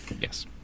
Yes